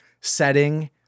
setting